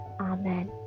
Amen